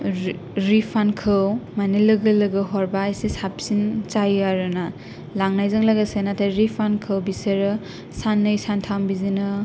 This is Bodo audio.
रिफान्दखौ माने लोगो लोगो हरबा एसे साबसिन जायो आरोना लांनायजों लोगोसे नाथाय रिफान्दखौ बिसोरो साननै सानथाम बिदिनो